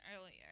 earlier